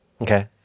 Okay